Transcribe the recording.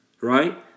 right